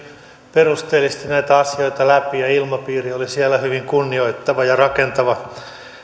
perusteellisesti näitä asioita läpi ja ilmapiiri oli siellä hyvin kunnioittava ja rakentava